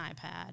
iPad